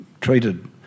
treated